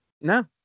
no